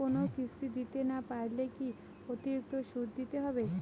কোনো কিস্তি দিতে না পারলে কি অতিরিক্ত সুদ দিতে হবে?